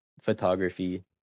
photography